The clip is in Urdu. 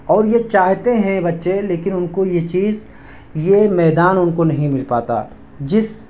اور یہ چاہتے ہیں بچے لیکن ان کو یہ چیز یہ میدان ان کو نہیں مل پاتا جس